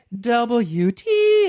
W-T